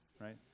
right